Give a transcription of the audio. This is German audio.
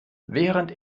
während